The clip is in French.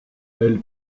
elle